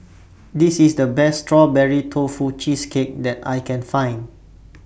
This IS The Best Strawberry Tofu Cheesecake that I Can Find